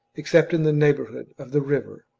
except in the neighbourhood of the river,